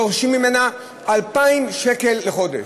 דורשים ממנה 2,000 שקל לחודש.